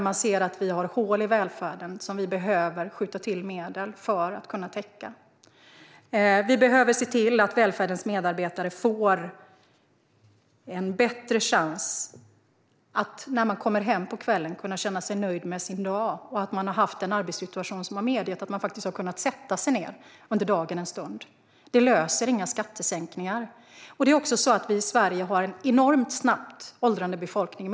Man ser att vi har hål i välfärden som vi behöver skjuta till medel för att täcka. Vi behöver se till att välfärdens medarbetare får en bättre chans att känna sig nöjda med sin dag när de kommer hem på kvällen och att de har en arbetssituation som medger att de hinner sätta sig ned en stund under dagen. Detta kan inga skattesänkningar lösa. Vi har i Sverige också en befolkning som åldras enormt snabbt.